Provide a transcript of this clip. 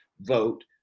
vote